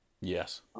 yes